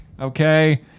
Okay